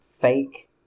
fake